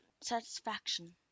satisfaction